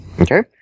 Okay